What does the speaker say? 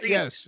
Yes